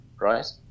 Right